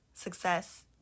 success